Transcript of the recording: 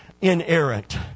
inerrant